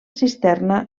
cisterna